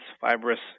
fibrous